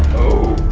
oh.